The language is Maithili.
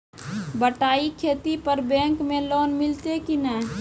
बटाई खेती पर बैंक मे लोन मिलतै कि नैय?